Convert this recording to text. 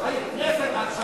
וזו זכותי להגיד.